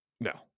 No